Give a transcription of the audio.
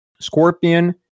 Scorpion